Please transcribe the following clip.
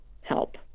help